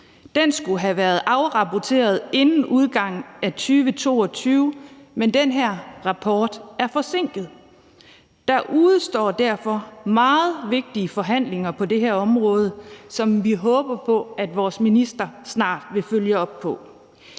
Den skulle have afrapporteret inden udgangen af 2022, men den rapport er forsinket. Der udestår derfor meget vigtige forhandlinger på det her område, som vi håber på at vores minister snart vil følge op på.